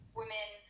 women